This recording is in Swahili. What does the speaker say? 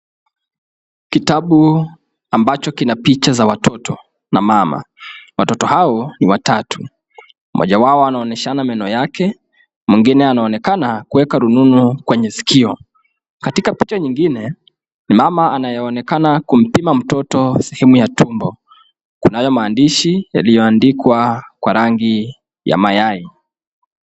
Kitabu ambacho kina picha za watoto na mama. Watoto hao ni watatu. Mmoja wao anaonyeshana meno yake. Mwingine anaonekana kuweka rununu kwenye sikio. Katika picha nyingine, mama anayeonekana kumpima mtoto sehemu ya tumbo. Kunayo maandishi yaliyoandikwa kwa rangi ya mayai .